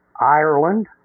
Ireland